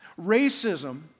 Racism